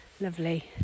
Lovely